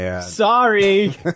Sorry